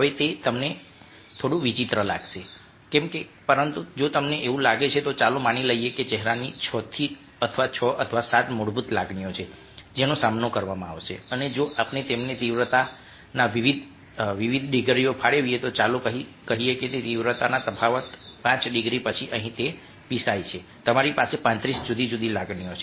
હવે તે તમને થોડું વિચિત્ર લાગે છે પરંતુ જો તમને એવું લાગે તો ચાલો માની લઈએ કે ચહેરાની 6 અથવા 7 મૂળભૂત લાગણીઓ છે જેનો સામનો કરવામાં આવશે અને જો આપણે તેમને તીવ્રતાના વિવિધ ડિગ્રી ફાળવીએ તો ચાલો કહીએ કે તીવ્રતાના તફાવત 5 ડિગ્રી પછી અહીં તે પિશાચ છે તમારી પાસે 35 જુદી જુદી લાગણીઓ છે